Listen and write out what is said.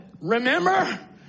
Remember